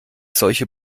solche